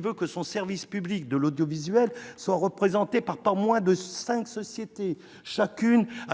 veut que notre service public de l'audiovisuel soit représenté par pas moins de cinq sociétés, chacune ayant